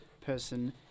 person